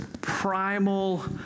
primal